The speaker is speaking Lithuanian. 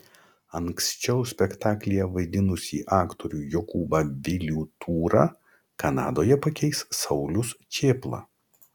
anksčiau spektaklyje vaidinusį aktorių jokūbą vilių tūrą kanadoje pakeis saulius čėpla